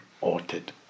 altered